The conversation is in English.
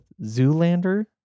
Zoolander